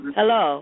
Hello